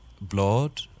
blood